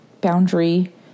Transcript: boundary